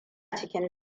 cikin